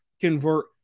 convert